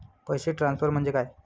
पैसे ट्रान्सफर म्हणजे काय?